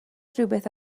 rhywbeth